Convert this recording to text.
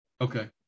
Okay